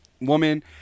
woman